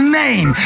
name